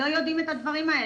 לא יודעים את הדברים האלה?